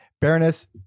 Baroness